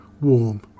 warm